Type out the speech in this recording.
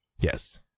Yes